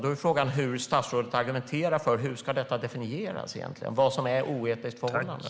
Då är frågan till statsrådet hur det ska definieras vad som är oetiskt förhållande.